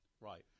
Right